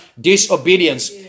Disobedience